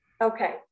Okay